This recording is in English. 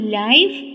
life